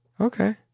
Okay